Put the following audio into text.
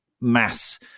mass